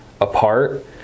apart